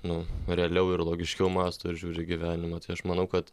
nu realiau ir logiškiau mąsto ir žiūri į gyvenimą tai aš manau kad